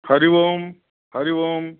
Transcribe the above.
हरि ओम् हरि ओम्